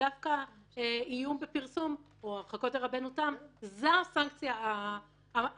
ודווקא איום בפרסום או הרחקות דרבנו תם הן הסנקציות האפקטיביות.